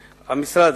כחול-לבן?